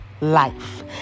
Life